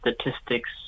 statistics